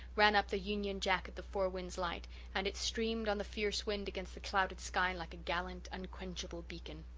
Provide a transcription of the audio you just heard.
ran up the union jack at the four winds light and it streamed on the fierce wind against the clouded sky like a gallant unquenchable beacon.